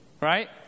right